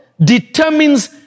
determines